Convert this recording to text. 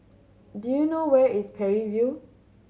do you know where is Parry View